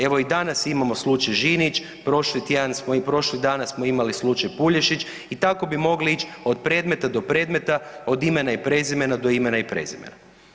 Evo i danas imamo slučaj Žinić, prošli tjedan, prošlih dana smo imali slučaj Puljašić i tako bi mogli ići od predmeta do predmeta, od imena i prezimena do imena i prezimena.